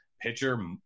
pitcher